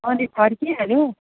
अनि फर्किहाल्यौँ